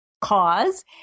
cause